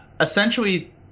essentially